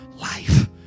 life